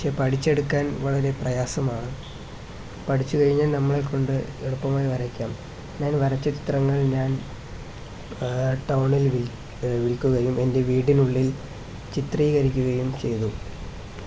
പക്ഷെ പഠിച്ചെടുക്കാൻ വളരെ പ്രയാസമാണ് പഠിച്ചുകഴിഞ്ഞാൽ നമ്മളെകൊണ്ട് എളുപ്പമായി വരയ്ക്കാം ഞാൻ വരച്ച ചിത്രങ്ങൾ ഞാൻ ടൗണിൽ വിൽക്കുകയും എൻ്റെ വീടിനുള്ളിൽ ചിത്രീകരിക്കുകയും ചെയ്തു